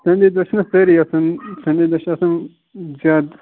تَمہِ دۄہ چھِنہ سٲری آسان یِم سَنڈے دۄہ چھِ آسان زیادٕ